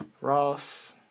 Ross